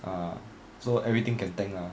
ah so everything can tank lah